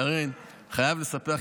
קארין, אני חייב לספר לך.